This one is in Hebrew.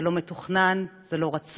זה לא מתוכנן, זה לא רצוי,